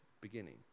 beginning